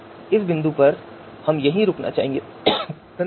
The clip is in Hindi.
इस बिंदु पर हम यहीं रुकना चाहेंगे धन्यवाद